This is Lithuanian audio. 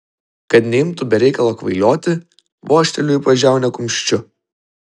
kad neimtų be reikalo kvailioti vožteliu į pažiaunę kumščiu